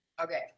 okay